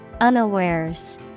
Unawares